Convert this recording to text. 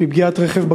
מפגיעת רכב,